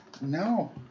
No